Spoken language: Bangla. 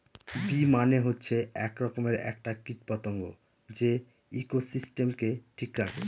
বী মানে হচ্ছে এক রকমের একটা কীট পতঙ্গ যে ইকোসিস্টেমকে ঠিক রাখে